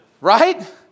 right